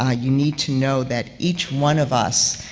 ah you need to know that each one of us,